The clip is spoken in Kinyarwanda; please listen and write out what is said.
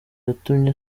yatumye